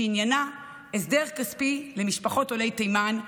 שעניינה הסדר כספי למשפחות עולי תימן,